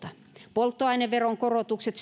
polttoaineveron korotukset